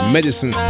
Medicine